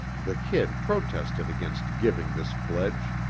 the kid protested against giving this pledge.